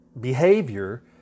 behavior